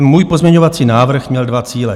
Můj pozměňovací návrh měl dva cíle.